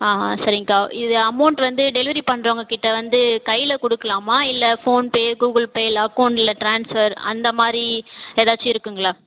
சரிங்கக்கா இது அமௌண்ட் வந்து டெலிவரி பண்ணுறவங்கக்கிட்ட வந்து கையில் கொடுக்கலாமா இல்லை ஃபோன் பே கூகுள் பே இல்லை அக்கௌண்ட்லில் ட்ரான்ஸ்ஃபர் அந்தமாதிரி ஏதாச்சும் இருக்குதுங்களா